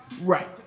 Right